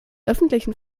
öffentlichen